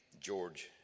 George